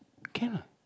can ah